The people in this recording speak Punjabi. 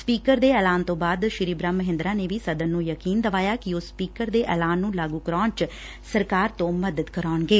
ਸਪੀਕਰ ਦੇ ਐਲਾਨ ਤੋਂ ਬਾਅਦ ਸ੍ਰੀ ਬ੍ਹਮ ਮਹਿੰਦਰਾ ਨੇ ਵੀ ਸਦਨ ਨੂੰ ਯਕੀਨ ਦਵਾਇਆ ਕਿ ਉਹ ਸਪੀਕਰ ਦੇ ਐਲਾਨ ਨੂੰ ਲਾਗੁ ਕਰਾਉਣ ਚ ਸਰਕਾਰ ਤੋ ਮਦਦ ਕਰਾਉਣਗੇ